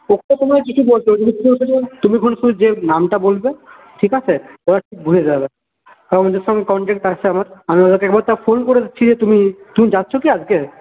ওসব তোমায় কিছু বলতে হবে না তুমি হচ্ছ যে তুমি হচ্ছে শুধু নামটা বলবে ঠিক আছে ওরা ঠিক বুঝে যাবে কারণ ওদের সঙ্গে কনট্যাক্ট আছে আমার আমি ওদেরকে একবার তাও ফোন করে দিচ্ছি যে তুমি তুমি যাচ্ছ কি আজকে